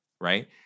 right